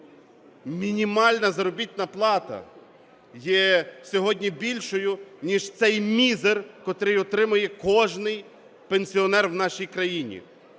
Мінімальна заробітна плата є сьогодні більшою ніж цей мізер, котрий отримує кожний пенсіонер в нашій країні.